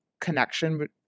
connection